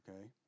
Okay